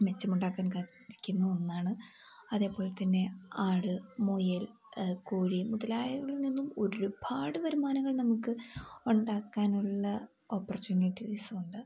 മെച്ചമുണ്ടാക്കാൻ കാത്തിരിക്കുന്ന ഒന്നാണ് അതേപോലെ തന്നെ ആട് മുയൽ കോഴി മുതലായവകളിൽ നിന്നും ഒരുപാട് വരുമാനങ്ങൾ നമുക്ക് ഉണ്ടാക്കാനുള്ള ഓപ്പർച്യൂണിറ്റീസ് ഉണ്ട്